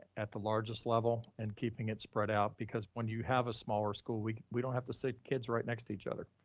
at the largest level and keeping it spread out because when you have a smaller school we we don't have to sit the kids right next to each other.